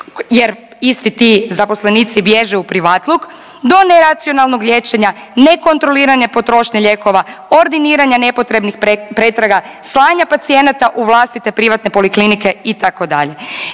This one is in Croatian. jer isti ti zaposlenici bježe u privatluk, do neracionalnog liječenja, nekontrolirane potrošnje lijekova, ordiniranje nepotrebnih pretraga, slanja pacijenata u vlastite privatne poliklinike itd.